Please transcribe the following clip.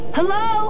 Hello